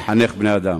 מחנך בני-אדם.